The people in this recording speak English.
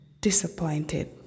disappointed